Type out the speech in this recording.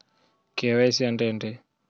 KYC అంటే ఏంటి?